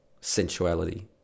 sensuality